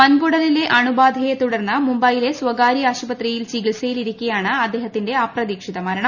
വൻകുടലിലെ അണുബാധയെ തുടർക്ക് മുംബൈയിലെ സ്ഥകാര്യ ആശുപത്രിയിൽ ചികിത്സയിലിരിക്ക്യാണ് അദ്ദേഹത്തിന്റെ അപ്രതീക്ഷിത മരണം